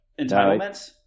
entitlements